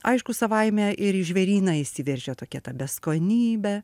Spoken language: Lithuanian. aišku savaime ir į žvėryną įsiveržė tokia ta beskonybė